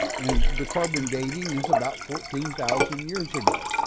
and the carbon dating is about fourteen thousand years ago.